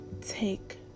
take